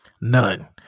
None